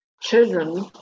children